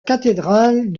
cathédrale